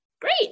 Great